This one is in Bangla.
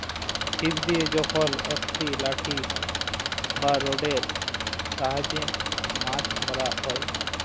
ছিপ দিয়ে যখল একট লাঠি বা রডের সাহায্যে মাছ ধ্যরা হ্যয়